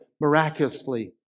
miraculously